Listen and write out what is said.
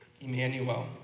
Emmanuel